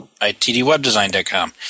ITDWebDesign.com